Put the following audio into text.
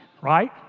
right